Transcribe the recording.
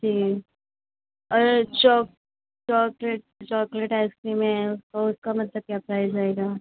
जी और chocolate chocolate ice cream है उसको उसका मतलब क्या प्राइज़ रहेगा